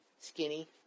skinny